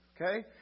okay